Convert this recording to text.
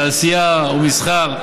תעשייה או מסחר.